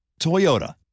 Toyota